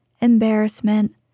embarrassment